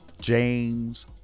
james